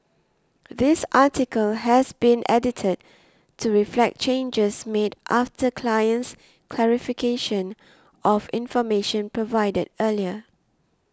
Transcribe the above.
this article has been edited to reflect changes made after client's clarification of information provided earlier